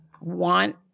want